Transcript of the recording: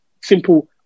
simple